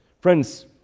Friends